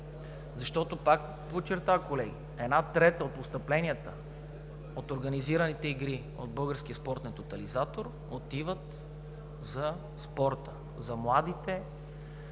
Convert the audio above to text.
Защото, пак подчертавам, колеги, една трета от постъпленията от организираните игри от Българския спортен тотализатор отиват за спорта, за младите